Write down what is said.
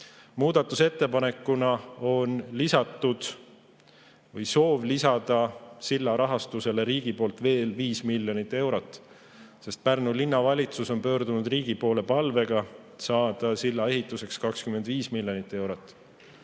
Muudatusettepanekuna on esitatud soov lisada silla rahastusele riigi poolt veel 5 miljonit eurot, sest Pärnu Linnavalitsus on pöördunud riigi poole palvega saada silla ehituseks 25 miljonit eurot.